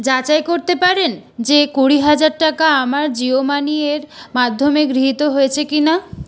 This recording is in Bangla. যাচাই করতে পারেন যে কুড়ি হাজার টাকা আমার জিও মানি এর মাধ্যমে গৃহীত হয়েছে কিনা